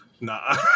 Nah